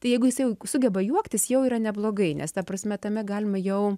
tai jeigu jis jau sugeba juoktis jau yra neblogai nes ta prasme tame galima jau